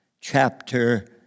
Chapter